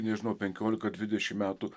nežinau penkiolika dvidešimt metų